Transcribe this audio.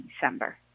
december